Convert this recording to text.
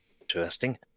interesting